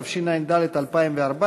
התשע"ד 2014,